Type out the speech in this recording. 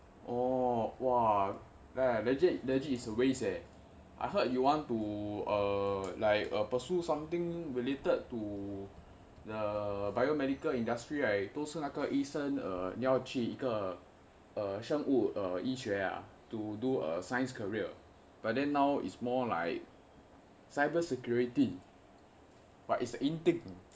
orh !wah! then legit legit is a waste eh I heard you want to err like err pursue something related to the biomedical industry right 都是那个医生要去一个呃生物医学:dou shi na ge yi sheng yao qu yi ge eai sheng wu yi xue ah to do a science career but then now is more like cyber security but it's a in thing